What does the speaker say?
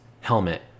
helmet